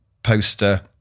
poster